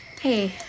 Hey